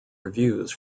reviews